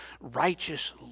righteous